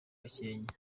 gakenke